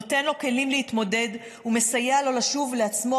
נותן לו כלים להתמודד ומסייע לו לשוב לעצמו